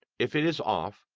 if it is off,